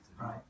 Right